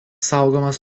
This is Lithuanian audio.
saugomas